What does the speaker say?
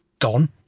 gone